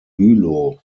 bülow